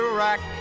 Iraq